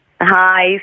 Hi